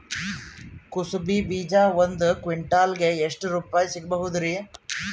ಕುಸಬಿ ಬೀಜ ಒಂದ್ ಕ್ವಿಂಟಾಲ್ ಗೆ ಎಷ್ಟುರುಪಾಯಿ ಸಿಗಬಹುದುರೀ?